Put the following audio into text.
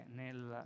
nel